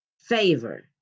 favor